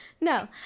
no